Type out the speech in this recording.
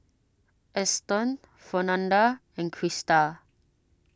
Eston Fernanda and Christa